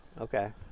okay